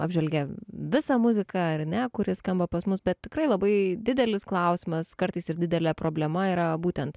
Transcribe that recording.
apžvelgia visą muziką ar ne kuri skamba pas mus bet tikrai labai didelis klausimas kartais ir didelė problema yra būtent